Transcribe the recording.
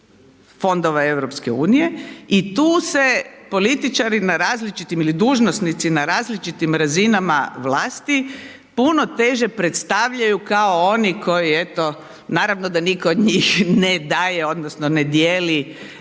Fondova EU i tu se političari na različitim ili dužnosnici na različitim razinama vlasti puno teže predstavljaju kao oni koji eto, naravno da nitko od njih ne daje odnosno ne dijeli